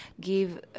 give